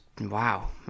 Wow